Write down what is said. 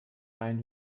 rein